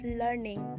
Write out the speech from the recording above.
learning